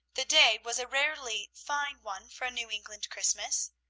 the day was a rarely fine one for a new england christmas.